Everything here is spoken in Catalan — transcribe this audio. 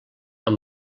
amb